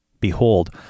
Behold